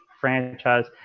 franchise